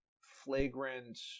flagrant